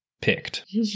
picked